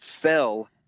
fell